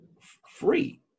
free